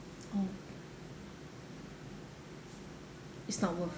oh it's not worth